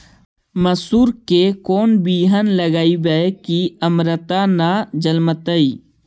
मसुरी के कोन बियाह लगइबै की अमरता न जलमतइ?